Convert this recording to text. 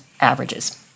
averages